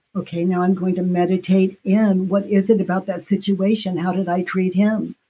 okay. now i'm going to meditate in, what is it about that situation? how did i treat him?